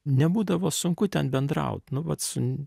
nebūdavo sunku ten bendraut nu vat su